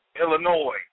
Illinois